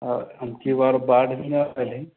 एमकी बार बाढ़ मे अभी